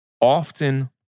often